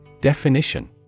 Definition